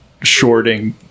shorting